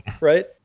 Right